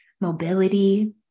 mobility